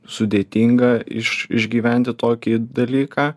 sudėtinga iš išgyventi tokį dalyką